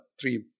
three